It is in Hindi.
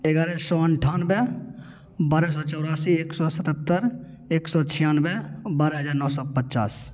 ग्यारह सौ अंठानबे बारह सौ चौरासी एक सौ सत्तर एक सौ छियानबे बारह हज़ार नौ सौ पचास